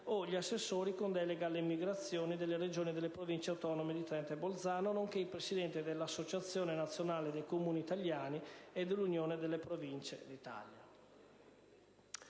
o gli assessori con delega all'immigrazione delle Regioni e delle Province autonome di Trento e Bolzano nonché il presidente dell'Associazione nazionale dei Comuni italiani e dell'Unione delle Province d'Italia.